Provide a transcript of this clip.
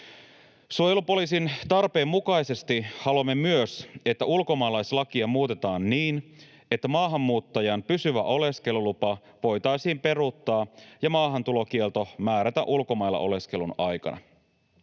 Suojelupoliisin tarpeen mukaisesti haluamme myös, että ulkomaalaislakia muutetaan niin, että maahanmuuttajan pysyvä oleskelulupa voitaisiin peruuttaa ja maahantulokielto määrätä ulkomailla oleskelun aikana.